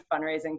fundraising